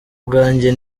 bwanjye